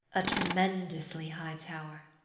a tremendously high tower.